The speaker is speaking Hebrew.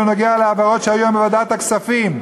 בעניין ההעברות שהיו היום בוועדת הכספים.